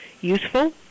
useful